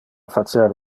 facer